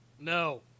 No